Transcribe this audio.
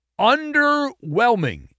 Underwhelming